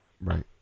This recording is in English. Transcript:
Right